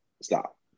stop